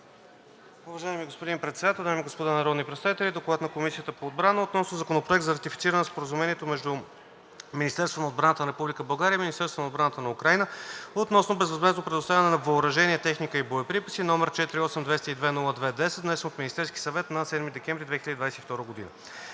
Уважаеми господин Председател, дами и господа народни представители! „ДОКЛАД на Комисията по отбрана относно Законопроект за ратифициране на Споразумението между Министерството на отбраната на Република България и Министерството на отбраната на Украйна относно безвъзмездно предоставяне на въоръжение, техника и боеприпаси, № 48-202-02-10, внесен от Министерския съвет на 7 декември 2022 г.